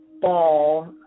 ball